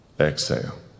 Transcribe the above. Exhale